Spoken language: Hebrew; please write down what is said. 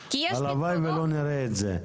הלוואי ולא נראה את זה.